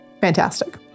fantastic